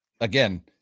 again